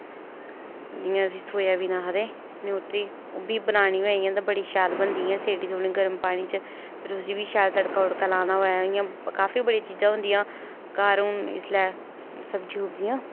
जियां सोयाबीन आखदे नियूटरी ओह् बी बनानी होऐ इयां ते बड़ी शैल बनदी पैह्ले सेड़ियै गर्म पानी च फिर उसी शैल तड़का तुड़का लाना होऐ इयां काफी बड़ी चीजां होंदियां घर हून इसलै सब्जी सुब्जियां